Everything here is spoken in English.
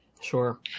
Sure